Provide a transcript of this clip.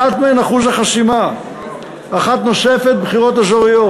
אחת מהן, אחוז החסימה, אחת נוספת, בחירות אזוריות,